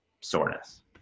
soreness